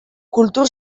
kultur